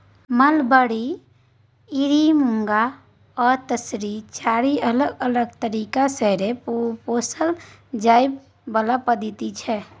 mulberry, eri, muga आ तसर चारि अलग अलग तरीका सँ पोसल जाइ बला पद्धति छै